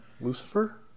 lucifer